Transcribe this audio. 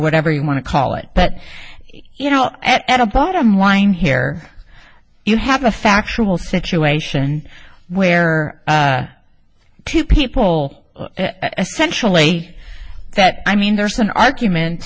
whatever you want to call it but you know at the bottom line here you have a factual situation where two people essentially that i mean there's an argument